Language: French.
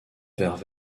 vers